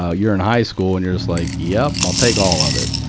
ah you're in high school, and you're just like, yep, i'll take all of it.